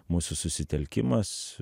mūsų susitelkimas